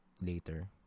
later